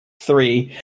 Three